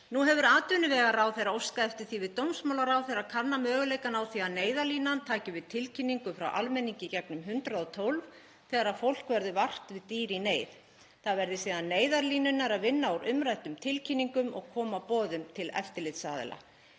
Nú hefur atvinnuvegaráðherra óskað eftir því við dómsmálaráðherra að kanna möguleikann á því að Neyðarlínan taki við tilkynningum frá almenningi í gegnum 112 þegar fólk verður vart við dýr í neyð. Það verði síðan Neyðarlínunnar að vinna úr umræddum tilkynningum og koma boðum til eftirlitsaðila.